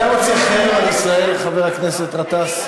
אתה רוצה חרם על ישראל, חבר הכנסת גטאס?